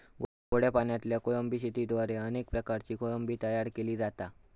गोड्या पाणयातल्या कोळंबी शेतयेद्वारे अनेक प्रकारची कोळंबी तयार केली जाता